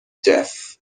deaf